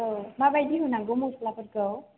माबायदि होनांगौ मस्लाफोरखौ